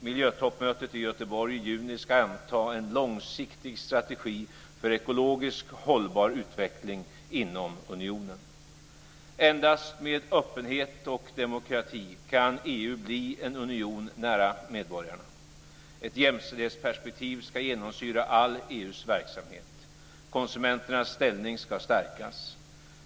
Miljötoppmötet i Göteborg i juni ska anta en långsiktig strategi för ekologiskt hållbar utveckling inom unionen. Endast med öppenhet och demokrati kan EU bli en union nära medborgarna. Ett jämställdhetsperspektiv ska genomsyra all EU:s verksamhet. Konsumenternas ställning ska stärkas.